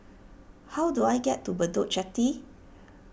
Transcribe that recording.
how do I get to Bedok Jetty